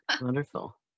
Wonderful